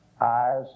eyes